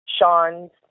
Sean's